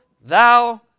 thou